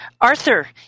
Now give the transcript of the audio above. Arthur